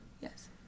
Yes